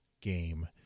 game